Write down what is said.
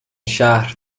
شهر